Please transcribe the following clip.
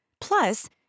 Plus